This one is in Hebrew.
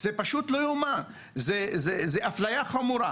זה פשוט לא ייאמן, זאת אפליה חמורה.